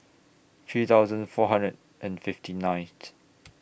three thousand four hundred and fifty ninth